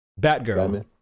batgirl